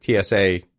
TSA